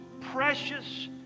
precious